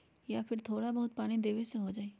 या फिर थोड़ा बहुत पानी देबे से हो जाइ?